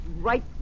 right